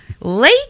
Lake